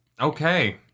Okay